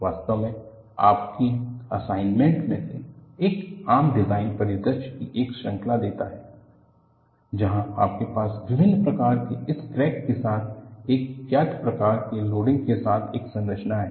वास्तव में आपके असाइनमेंट में से एक आम डिजाइन परिदृश्यों की एक श्रृंखला देता है जहां आपके पास विभिन्न प्रकार के इस क्रैक के साथ एक ज्ञात प्रकार के लोडिंग के साथ एक संरचना है